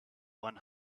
one